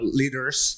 leaders